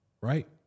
right